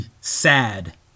sad